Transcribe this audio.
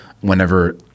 whenever